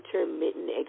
intermittent